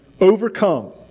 overcome